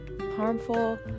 harmful